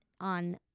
on